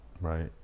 right